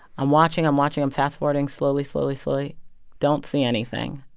i'm watching. i'm watching. i'm fast-forwarding, slowly, slowly, slowly don't see anything.